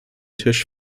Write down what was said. tisch